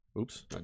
Oops